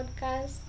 podcast